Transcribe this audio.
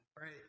right